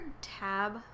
tab